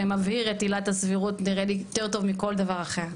שמבהיר את עילת הסבירות נראה לי יותר טוב מכל דבר אחר.